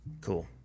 Cool